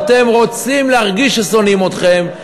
אתם רוצים להרגיש ששונאים אתכם,